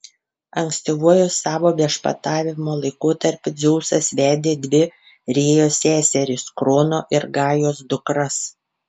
ankstyvuoju savo viešpatavimo laikotarpiu dzeusas vedė dvi rėjos seseris krono ir gajos dukras